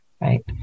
right